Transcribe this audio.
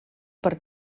per